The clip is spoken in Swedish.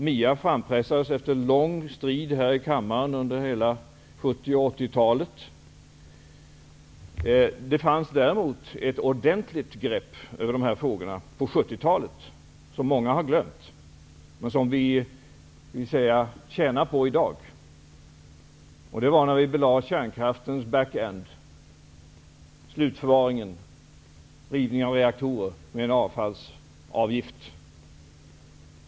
MIA frampressades efter lång strid här i kammaren under hela 70 och 80-talen. Däremot fanns det ett ordentligt grepp över de här frågorna på 70-talet. Det har många glömt, men vi tjänar på det i dag. Det gäller t.ex. att vi belade kärnkraftens ''backend'', slutförvaringen och rivningen av reaktorer, med en avfallsavgift.